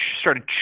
started